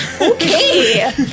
Okay